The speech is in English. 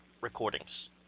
recordings